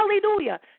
Hallelujah